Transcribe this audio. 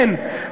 כן,